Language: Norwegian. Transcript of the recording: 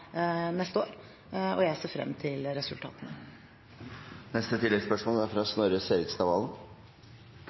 neste år, og jeg ser frem til resultatene. Snorre Serigstad Valen – til oppfølgingsspørsmål. Det er